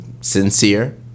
sincere